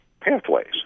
pathways